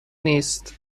نیست